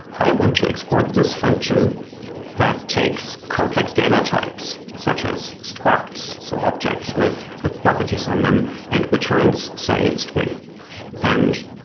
i want to export this function that takes complex data types, such as structs, so objects with ah properties on them and returns, say, a string. and